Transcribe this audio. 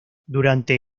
durante